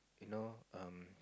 you know um